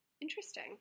interesting